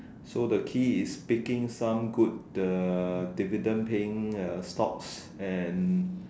so the key is picking some good dividend paying stocks and